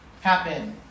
happen